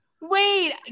Wait